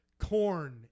corn